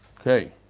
Okay